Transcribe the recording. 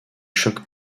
choc